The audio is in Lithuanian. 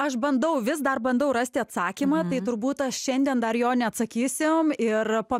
aš bandau vis dar bandau rasti atsakymą tai turbūt šiandien dar jo neatsakysim ir po